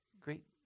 great